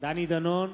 דני דנון,